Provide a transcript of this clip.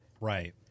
Right